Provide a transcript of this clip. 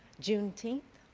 juneteenth?